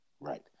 Right